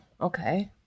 okay